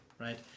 right